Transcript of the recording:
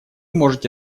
можете